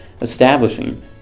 establishing